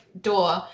door